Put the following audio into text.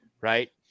Right